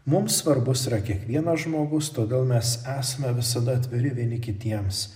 mums svarbus yra kiekvienas žmogus todėl mes esame visada atviri vieni kitiems